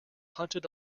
hunted